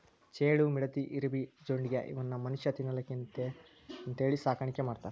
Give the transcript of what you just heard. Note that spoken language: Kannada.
ಚೇಳು, ಮಿಡತಿ, ಇರಬಿ, ಜೊಂಡಿಗ್ಯಾ ಇವನ್ನು ಮನುಷ್ಯಾ ತಿನ್ನಲಿಕ್ಕೆ ಅಂತೇಳಿ ಸಾಕಾಣಿಕೆ ಮಾಡ್ತಾರ